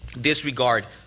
disregard